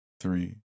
three